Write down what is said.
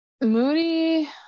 Moody